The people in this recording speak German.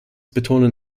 betonen